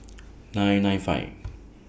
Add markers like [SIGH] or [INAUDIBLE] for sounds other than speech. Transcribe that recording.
[NOISE] nine nine five